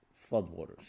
floodwaters